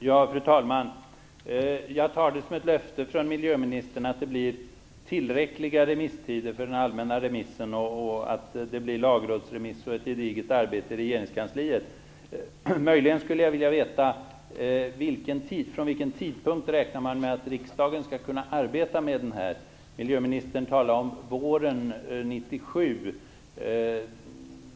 Fru talman! Jag tar det som ett löfte från miljöministern att det blir tillräckliga remisstider för den allmänna remissen och att det blir lagrådsremiss samt ett gediget arbete i regeringskansliet. Möjligen skulle jag vilja veta från vilken tidpunkt räknar man med att riksdagen skall kunna arbeta med det? Miljöministern talar om våren 1997.